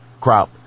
Crop